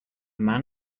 man